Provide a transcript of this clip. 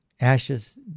Ashes